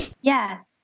Yes